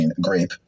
grape